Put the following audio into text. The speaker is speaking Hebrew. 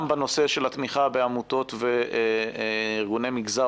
גם בנושא של התמיכה בעמותות ובארגוני מגזר